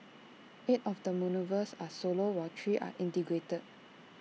eight of the manoeuvres are solo while three are integrated